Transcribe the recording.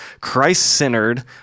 Christ-centered